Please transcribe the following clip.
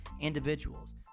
individuals